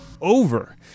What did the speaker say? over